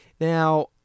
Now